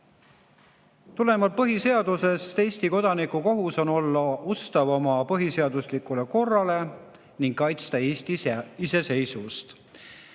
Tulenevalt põhiseadusest on Eesti kodaniku kohus olla ustav põhiseaduslikule korrale ning kaitsta Eesti iseseisvust.